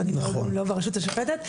אני לא ברשות השופטת.